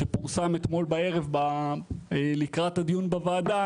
שפורסם אתמול בערב לקראת הדיון הוועדה,